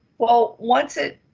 well, once it,